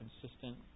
consistent